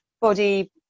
body